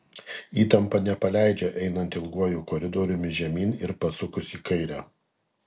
įtampa nepaleidžia einant ilguoju koridoriumi žemyn ir pasukus į kairę